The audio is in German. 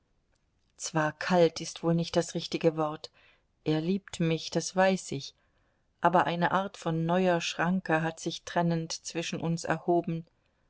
zwar kalt ist wohl nicht das richtige wort er liebt mich das weiß ich aber eine art von neuer schranke hat sich trennend zwischen uns erhoben